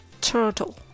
turtle